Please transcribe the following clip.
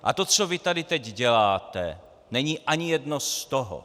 A to, co vy tady teď děláte, není ani jedno z toho.